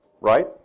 right